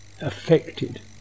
affected